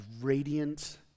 radiant